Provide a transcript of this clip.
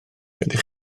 ydych